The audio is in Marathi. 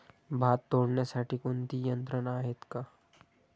भात तोडण्यासाठी कोणती यंत्रणा आहेत का?